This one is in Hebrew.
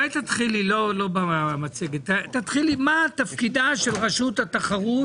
תתחילי ותאמרי מה תפקידה של רשות התחרות